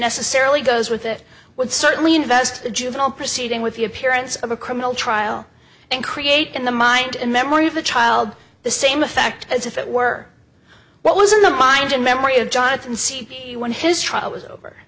necessarily goes with it would certainly invest the juvenile proceeding with the appearance of a criminal trial and create in the mind and memory of the child the same effect as if it were what was in the mind and memory of jonathan see when his trial was over